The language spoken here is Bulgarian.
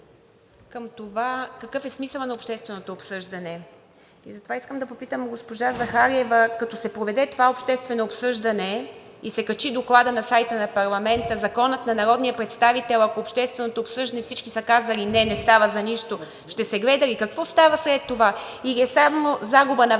какъв е смисълът на общественото обсъждане, затова искам да попитам госпожа Захариева – като се проведе това обществено обсъждане и докладът се качи на сайта на парламента, и за закона на народния представител в общественото обсъждане всички са казали: „Не, не става за нищо“, ще се гледа ли? Какво става след това? Или е само загуба на време за